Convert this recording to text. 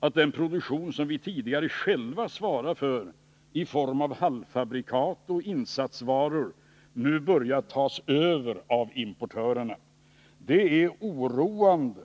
att den produktion som vi tidigare själva svarat för i form av halvfabrikat och insatsvaror nu börjar tas över av importörerna. Det är oroande.